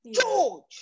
George